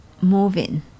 moving